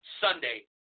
Sunday